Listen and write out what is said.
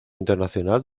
internacional